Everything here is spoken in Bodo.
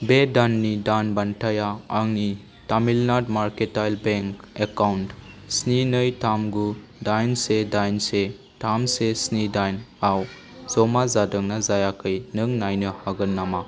बे दाननि दान बान्थाया आंनि तामिलनाडु मारकेन्टाइल बेंक एकाउन्ट स्नि नै थाम गु दाइन से दाइन से थाम से स्नि दाइनआव जमा जादों ना जायाखै नों नायनो हागोन नामा